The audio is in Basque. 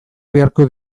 beharko